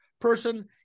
person